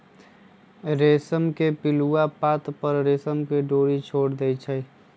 रेशम के पिलुआ पात पर रेशम के डोरी छोर देई छै